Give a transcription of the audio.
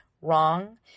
wrong